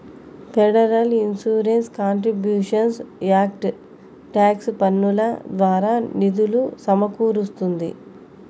federal insurance contributions act tax పన్నుల ద్వారా నిధులు సమకూరుస్తుంది